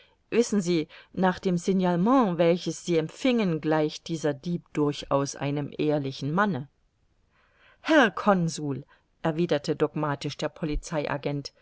wissen sie nach dem signalement welches sie empfingen gleicht dieser dieb durchaus einem ehrlichen manne herr consul erwiderte dogmatisch der